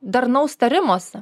darnaus tarimosi